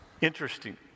Interesting